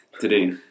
Today